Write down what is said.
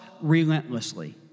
relentlessly